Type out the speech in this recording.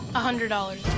hundred dollars.